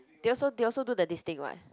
they also they also do the this thing [what]